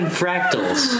fractals